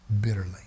bitterly